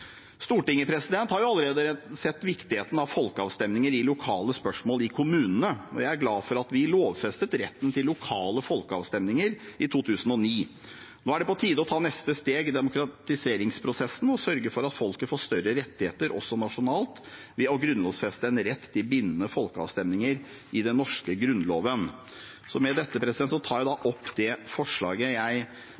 allerede sett viktigheten av folkeavstemninger i lokale spørsmål i kommunene, og jeg er glad for at vi lovfestet retten til lokale folkeavstemninger i 2009. Nå er det på tide å ta neste steg i demokratiseringsprosessen og sørge for at folket får større rettigheter også nasjonalt, ved å grunnlovfeste en rett til bindende folkeavstemninger i den norske Grunnloven. Med dette tar jeg opp det forslaget jeg